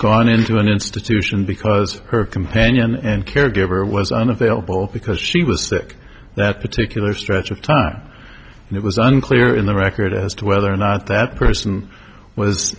gone into an institution because her companion and caregiver was unavailable because she was sick that particular stretch of time and it was unclear in the record as to whether or not that person w